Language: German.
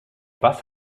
was